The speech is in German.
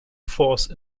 force